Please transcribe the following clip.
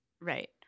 Right